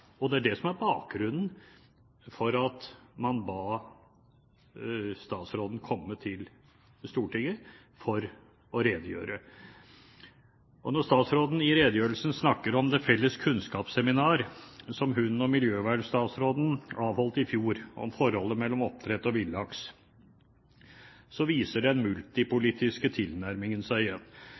og det er det som er bakgrunnen for at man ba statsråden komme til Stortinget for å redegjøre. Når statsråden i redegjørelsen snakker om det felles kunnskapsseminaret som hun og miljøvernstatsråden avholdt i fjor om forholdet mellom oppdrettslaks og villaks, viser den multipolitiske tilnærmingen seg igjen.